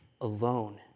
alone